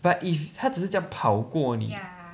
but if 他只是这样跑过你